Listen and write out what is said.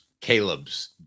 Caleb's